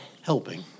helping